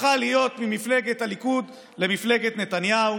הפכה להיות ממפלגת הליכוד למפלגת נתניהו,